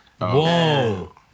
Whoa